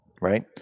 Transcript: right